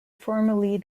formerly